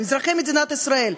אזרחי מדינת ישראל,